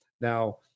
Now